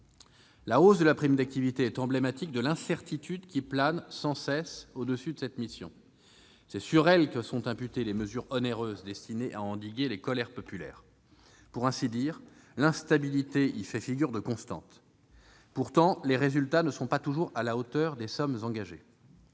La hausse de la prime d'activité est emblématique de l'incertitude qui plane sans cesse au-dessus de cette mission : c'est sur elle que sont imputées les mesures onéreuses destinées à endiguer les colères populaires. Pour ainsi dire, l'instabilité y fait figure de constante ... Pourtant, les résultats ne sont pas toujours à la hauteur des sommes engagées.